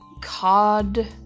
Cod